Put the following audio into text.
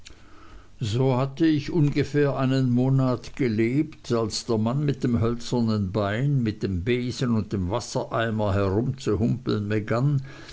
so hatte ich ungefähr einen monat gelebt als der mann mit dem hölzernen bein mit dem besen und dem wassereimer herumzuhumpeln begann